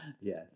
Yes